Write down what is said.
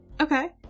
Okay